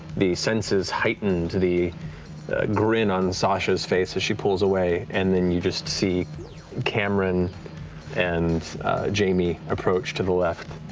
the senses heightened, the grin on sasha's face as she pulls away, and then you just see cameron and jamie approach to the left.